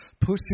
pushing